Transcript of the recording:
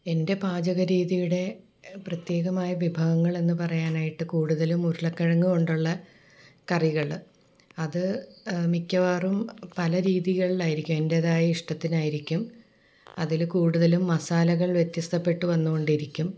എൻ്റെ പാചക രീതിയുടെ പ്രേത്യേകമായ വിഭവങ്ങളെന്നു പറയാനായിട്ട് കൂടുതലും ഉരുളക്കിഴങ്ങുകൊണ്ടുള്ള കറികൾ അത് മിക്കവാറും പല രീതികളിലായിരിക്കും എൻ്റെതായ ഇഷ്ടത്തിനായിരിക്കും അതിൽ കൂടുതലും മസാലകൾ വ്യത്യസ്തപ്പെട്ടു വന്നുകൊണ്ടിരിക്കും